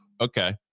Okay